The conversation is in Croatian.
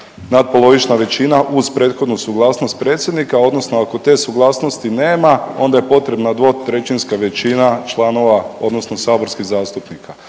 natpolovična većina uz prethodnu suglasnost predsjednika odnosno ako te suglasnosti nema onda je potrebna dvotrećinska većina članova odnosno saborskih zastupnika.